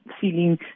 feeling